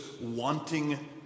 wanting